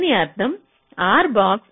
దీని అర్థం R⧠